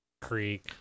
creek